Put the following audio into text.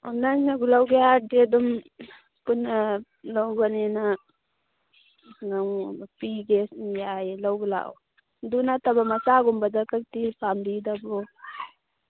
ꯑꯣ ꯅꯪꯅꯕꯨ ꯂꯧꯒꯦ ꯍꯥꯏꯔꯗꯤ ꯑꯗꯨꯝ ꯄꯨꯟꯅ ꯂꯧꯕꯅꯤꯅ ꯅꯪꯉꯣꯟꯗ ꯄꯤꯒꯦ ꯌꯥꯏꯌꯦ ꯂꯧꯕ ꯂꯥꯛꯑꯣ ꯑꯗꯨ ꯅꯠꯇꯕ ꯃꯆꯥꯒꯨꯝꯕꯗꯀꯗꯤ ꯄꯥꯝꯕꯤꯗꯕ꯭ꯔꯣ